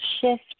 shift